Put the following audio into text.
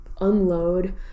unload